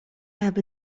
aby